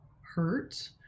hurt